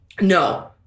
No